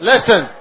Listen